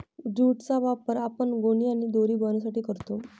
jute चा वापर आपण गोणी आणि दोरी बनवण्यासाठी करतो